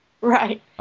Right